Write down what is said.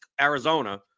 Arizona